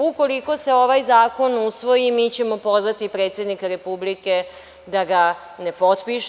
Ukoliko se ovaj zakon usvoji mi ćemo pozvati predsednika Republike da ga ne potpiše.